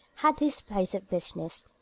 had his place of business.